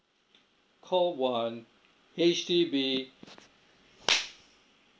call one H_D_B